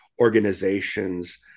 organizations